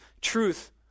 truth